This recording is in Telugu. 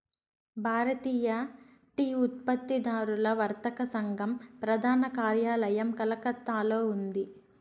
భారతీయ టీ ఉత్పత్తిదారుల వర్తక సంఘం ప్రధాన కార్యాలయం కలకత్తాలో ఉంది